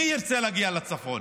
מי ירצה להגיע לצפון?